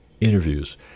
interviews